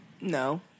No